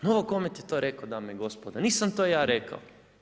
Novokment je to rekao dame i gospodo, nisam to ja rekao.